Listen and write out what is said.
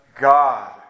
God